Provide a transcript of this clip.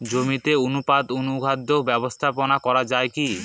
জমিতে অনুপাতে অনুখাদ্য ব্যবস্থাপনা করা য়ায় কি?